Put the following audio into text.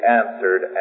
answered